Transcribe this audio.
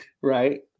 Right